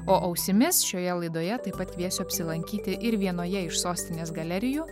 o ausimis šioje laidoje taip pat kviesiu apsilankyti ir vienoje iš sostinės galerijų